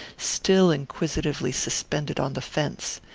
still inquisitively suspended on the fence.